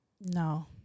No